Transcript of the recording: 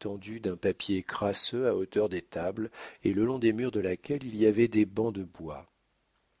tendue d'un papier crasseux à hauteur des tables et le long des murs de laquelle il y avait des bancs de bois